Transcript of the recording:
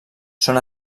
són